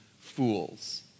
fools